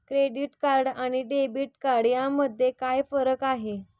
Credit card आणि debit card यामध्ये काय फरक आहे?